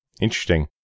Interesting